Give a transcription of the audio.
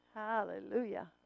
Hallelujah